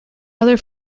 other